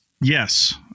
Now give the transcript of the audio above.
Yes